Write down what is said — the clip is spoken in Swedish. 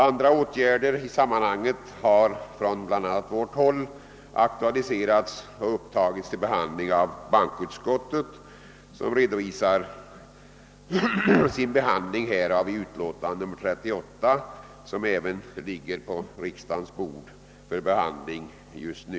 Andra åtgärder i sammanhanget har från bl.a. vårt håll aktualiserats och upptagits till beredning av bankoutskottet, som redovisar sin behandling härav i utlåtandet nr 38, vilket även ligger på riksdagens bord för behandling just nu.